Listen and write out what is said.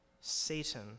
Satan